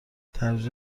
ترویج